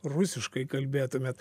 rusiškai kalbėtumėt